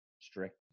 strict